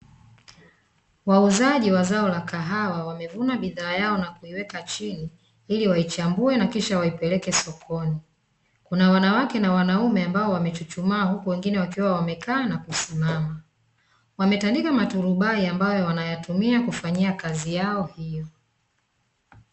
Wauzaji wa zao la kahawa wamevuna bidhaa yao na kuiweka chini, ili waichambue na kisha waipeleke sokoni. Kuna wanawake na wanaume ambao wamechuchumaa huku wengine wakiwa wamekaa na kusimama, wametandika maturubai ambayo wanayatumia kufanyia kazi yao hiyo.